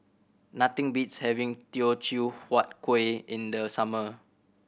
nothing beats having Teochew Huat Kuih in the summer